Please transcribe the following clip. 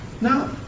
No